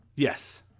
Yes